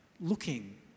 looking